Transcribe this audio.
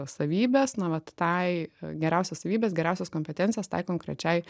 savybes na vat tai geriausias savybes geriausias kompetencijas tai konkrečiai